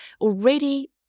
already